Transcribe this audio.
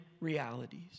realities